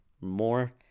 more